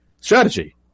strategy